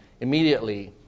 immediately